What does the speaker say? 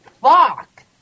fuck